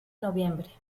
noviembre